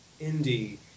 Indie